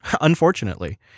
unfortunately